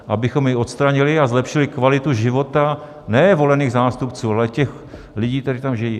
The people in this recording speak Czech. Abychom ji odstranili a zlepšili kvalitu života ne volených zástupců, ale lidí, kteří tam žijí.